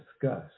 discuss